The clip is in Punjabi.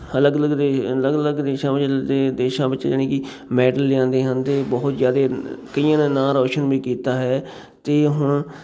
ਅਲੱਗ ਅਲੱਗ ਦੇਸ਼ ਅਲੱਗ ਅਲੱਗ ਦੇਸ਼ਾਂ ਵਿੱਚ ਦੇ ਦੇਸ਼ਾਂ ਵਿੱਚ ਜਾਨੀ ਕਿ ਮੈਡਲ ਲਿਆਉਂਦੇ ਹਨ ਅਤੇ ਬਹੁਤ ਜ਼ਿਆਦਾ ਕਈਆਂ ਨੇ ਨਾਂ ਰੌਸ਼ਨ ਵੀ ਕੀਤਾ ਹੈ ਅਤੇ ਹੁਣ